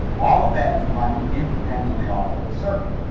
all of that is running independently off of a circuit,